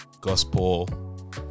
Gospel